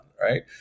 right